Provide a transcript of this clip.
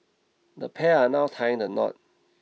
the pair are now tying the knot